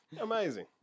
Amazing